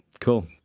cool